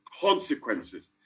Consequences